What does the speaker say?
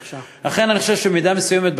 לכן אני חושב שבמידה מסוימת,